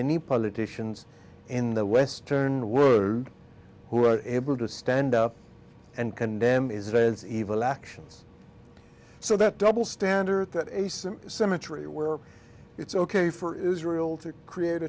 any politicians in the west turn were who are able to stand up and condemn israel as evil actions so that double standard that symmetry where it's ok for israel to create